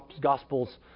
gospels